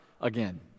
again